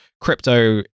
crypto